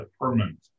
permanent